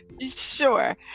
Sure